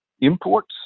imports